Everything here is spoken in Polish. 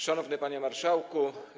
Szanowny Panie Marszałku!